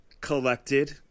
collected